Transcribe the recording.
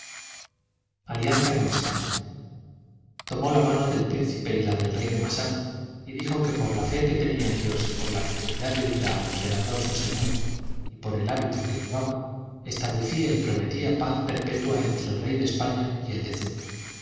alianza con españa tomó la mano del príncipe y la del rey de massana y dijo que por la fe que tenía en dios por la fidelidad debida al emperador su señor y por el hábito que llevaba establecía y prometía paz perpetua entre el rey de españa y el de